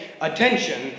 attention